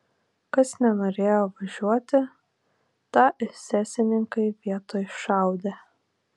kas nenorėjo važiuoti tą esesininkai vietoj šaudė